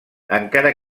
encara